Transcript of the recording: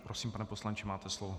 Prosím, pane poslanče, máte slovo.